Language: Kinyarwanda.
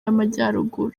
y’amajyaruguru